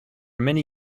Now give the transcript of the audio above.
many